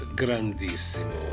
grandissimo